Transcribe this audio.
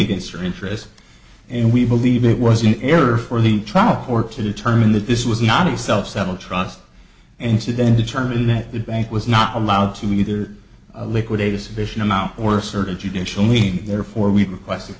against or interest and we believe it was in error for the trial court to determine that this was not a self settled trust and so then determine that the bank was not allowed to either liquidate a sufficient amount or a certain judicial mean therefore we request